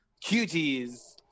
Cutie's